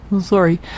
sorry